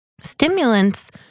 Stimulants